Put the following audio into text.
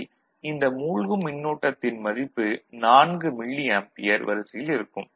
யில் இந்த மூழ்கும் மின்னோட்டத்தின் மதிப்பு 4 மில்லி ஆம்பியர் வரிசையில் இருக்கும்